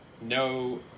No